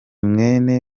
mwene